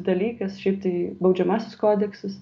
dalykas šiaip tai baudžiamasis kodeksas